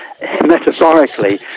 metaphorically